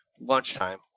lunchtime